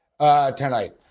tonight